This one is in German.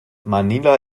manila